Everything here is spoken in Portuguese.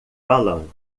balão